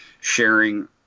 sharing